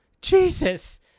Jesus